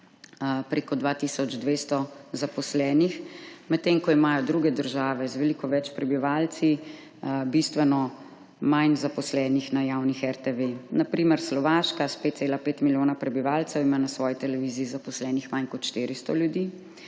tisoč 200 zaposlenih, medtem ko imajo druge države z veliko več prebivalci bistveno manj zaposlenih na javni RTV. Na primer Slovaška s 5,5 milijona prebivalcev ima na svoji televiziji zaposlenih manj kot 400 ljudi,